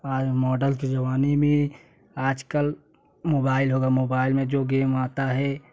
आज मौडल के जमाने में आज कल मोबाइल हो गया मोबाइल में जो गेम आता है